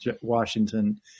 Washington